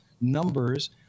numbers